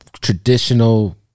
traditional